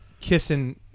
kissing